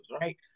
right